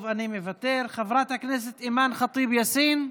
טוב, אני מוותר, חברת הכנסת אימאן ח'טיב יאסין,